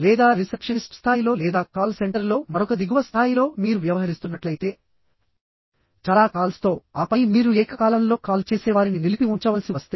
లేదా రిసెప్షనిస్ట్ స్థాయిలో లేదా కాల్ సెంటర్లో మరొక దిగువ స్థాయిలో మీరు వ్యవహరిస్తున్నట్లయితే చాలా కాల్స్తో ఆపై మీరు ఏకకాలంలో కాల్ చేసేవారిని నిలిపి ఉంచవలసి వస్తే